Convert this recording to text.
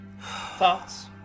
Thoughts